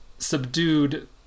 subdued